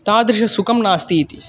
तादृशं सुखं नास्ति इति